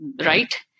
right